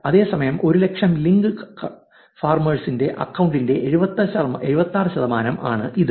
അതേസമയം 100000 ലിങ്ക് ഫാർമേഴ്സിന്റെ അക്കൌണ്ടിന്റെ 76 ശതമാനം ആണ് ഇത്